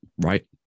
Right